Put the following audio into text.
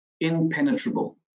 impenetrable